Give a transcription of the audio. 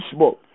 Facebook